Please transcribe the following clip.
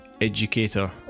educator